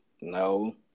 no